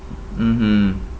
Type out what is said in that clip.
mmhmm